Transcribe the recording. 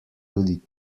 tudi